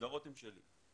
ההגדרות הן שלי.